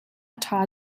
ṭha